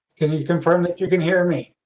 can you confirm that you can hear me?